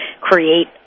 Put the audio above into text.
create